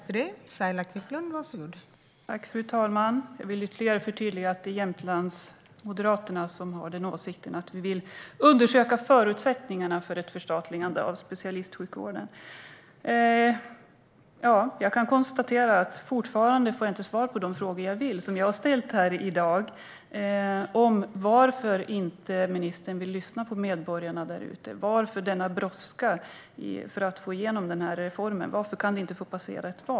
Fru talman! Jag vill ytterligare förtydliga att det är Jämtlandsmoderaterna som har åsikten att vi vill undersöka förutsättningarna för ett förstatligande av specialistsjukvården. Jag kan konstatera att jag fortfarande inte har fått svar på de frågor jag vill ha svar på och har ställt här i dag om varför ministern inte vill lyssna på medborgarna där ute. Varför denna brådska för att få igenom den här reformen? Varför kan inte ett val få passera först?